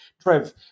Trev